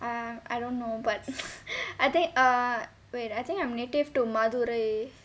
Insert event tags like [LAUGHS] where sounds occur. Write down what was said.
um I don't know but [LAUGHS] I thi~ err wait I think I'm native to madurai